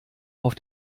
auf